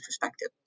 perspective